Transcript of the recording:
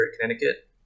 Connecticut